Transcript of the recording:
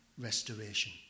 restoration